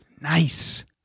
Nice